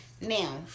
Now